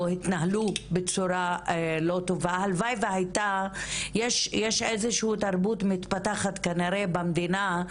התנהלו בצורה לא טובה - יש איזושהי תרבות שמתפתחת כנראה במדינה,